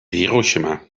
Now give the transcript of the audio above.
hiroshima